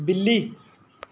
ਬਿੱਲੀ